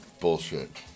bullshit